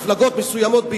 מפלגות מסוימות,